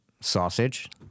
Sausage